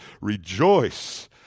Rejoice